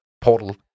portal